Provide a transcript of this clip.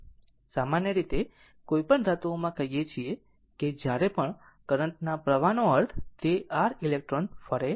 સામાન્ય રીતે કોઈપણ ધાતુઓમાં કહીએ છીએ કે જ્યારે પણ કરંટ ના પ્રવાહનો અર્થ તે r ઇલેક્ટ્રોન ફરે છે